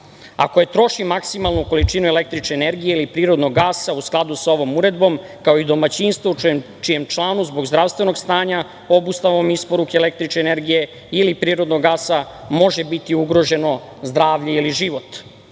koje troši maksimalnu količinu električne energije ili prirodnog gasa u skladu sa ovom uredbom, kao i domaćinstva u čijem članu zbog zdravstvenog stanja, obustavom isporuke električne energije ili prirodnog gasa može biti ugroženo zdravlje ili život. Status